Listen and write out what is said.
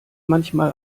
manchmal